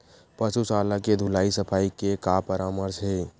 पशु शाला के धुलाई सफाई के का परामर्श हे?